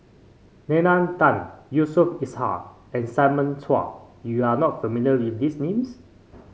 Nalla Tan Yusof Ishak and Simon Chua You are not familiar with these names